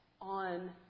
on